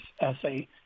essay